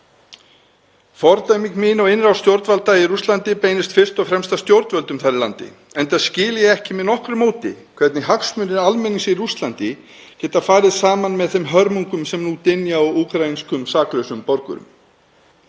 Fordæming mín á innrás stjórnvalda í Rússlandi beinist fyrst og fremst að stjórnvöldum þar í landi, enda skil ég ekki með nokkru móti hvernig hagsmunir almennings í Rússlandi geta farið saman með þeim hörmungum sem nú dynja á úkraínskum saklausum borgurum.